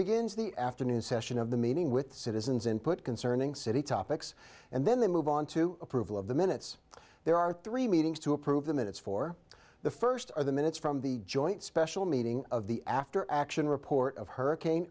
begins the afternoon session of the meeting with citizens input concerning city topics and then move on to approval of the minutes there are three meetings to approve the minutes for the first or the minutes from the joint special meeting of the after action report of hurricane